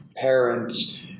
parents